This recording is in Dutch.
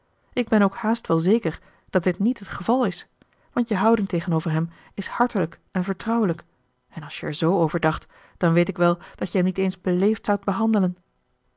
ik ben ook haast wel zeker dat dit niet het geval is want je houding tegenover hem is hartelijk en vertrouwelijk en als je er z over dacht dan weet ik wel dat je hem niet eens beleefd zoudt behandelen